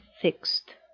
fixed